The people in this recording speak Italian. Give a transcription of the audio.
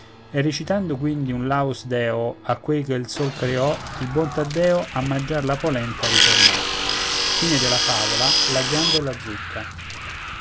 recitando quindi un laus deo a quei che il sol creò il buon taddeo a mangiar la polenta ritornò v